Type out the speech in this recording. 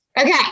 okay